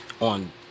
on